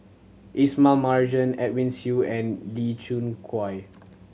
Ismail Marjan Edwin Siew and Lee Khoon Choy